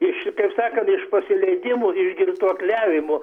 ir šitaip sakant iš pasileidimo iš girtuokliavimo